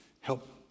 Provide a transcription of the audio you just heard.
help